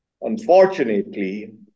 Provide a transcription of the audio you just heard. Unfortunately